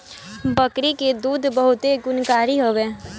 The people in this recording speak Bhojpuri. बकरी के दूध बहुते गुणकारी हवे